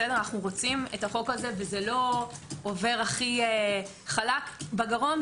וזה לא עובר הכי חלק בגרון,